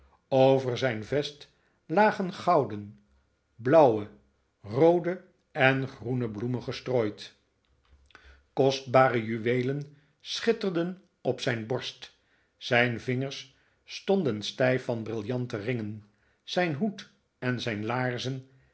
over zijn vest lagen gouden blauwe roode en groene bloemen gestrooid kostbare juweelen schitterden op zijn borst zijn vingers stonden stijf van briljanten ringen zijn hoed en zijn laarzen